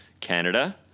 Canada